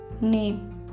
name